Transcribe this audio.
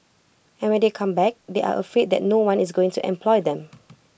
and when they come back they are afraid that no one is going to employ them